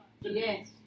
yes